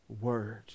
word